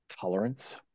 tolerance